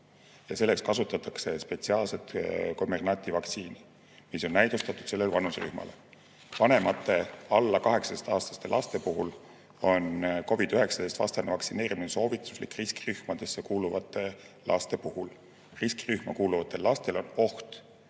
Ja selleks kasutatakse spetsiaalset Comirnaty vaktsiini, mis on näidustatud sellele vanuserühmale. Vanemate alla 18‑aastaste laste puhul on COVID‑19 vastu vaktsineerimine soovituslik riskirühmadesse kuuluvate laste puhul. Riskirühma kuuluvatel lastel on oht